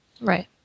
Right